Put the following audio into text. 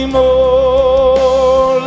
more